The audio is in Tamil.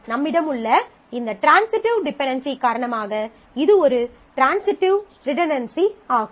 நம்மிடம் உள்ள இந்த ட்ரான்சிட்டிவ் டிபென்டென்சி காரணமாக இது ஒரு ட்ரான்சிட்டிவ் ரிடன்டன்சி ஆகும்